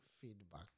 feedback